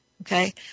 Okay